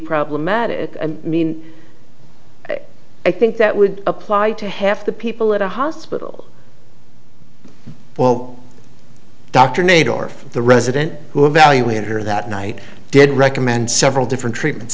problematic i mean i think that would apply to half the people at a hospital well dr nadler the resident who evaluated her that night did recommend several different treatments